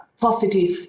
positive